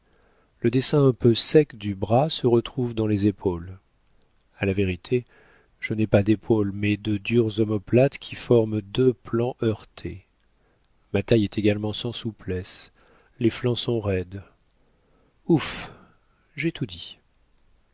le dessin un peu sec du bras se retrouve dans les épaules a la vérité je n'ai pas d'épaules mais de dures omoplates qui forment deux plans heurtés ma taille est également sans souplesse les flancs sont roides ouf j'ai tout dit